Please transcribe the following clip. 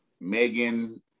Megan